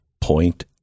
point